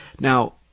Now